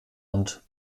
und